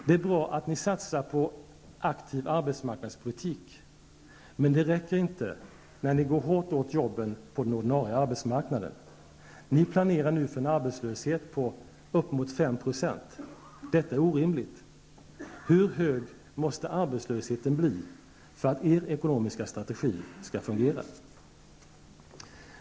Det är bra att ni satsar på aktiv arbetsmarknadspolitik, men det räcker inte när ni går hårt åt jobben på den ordinarie arbetsmarknaden. Ni planerar nu för en arbetslöshet på uppemot 5 %. Detta är orimligt. Hur hög måste arbetslösheten bli för att er ekonomiska strategi skall fungera?